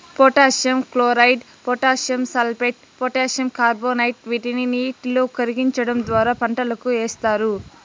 potassium chloride, potassium sulphate, potassium carbonate వీటిని నీటిలో కరిగించడం ద్వారా పంటలకు ఏస్తారు